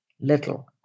little